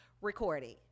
recording